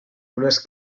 unes